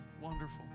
wonderful